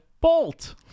Bolt